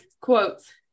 quotes